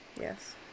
Yes